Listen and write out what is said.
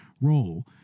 role